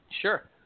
Sure